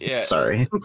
sorry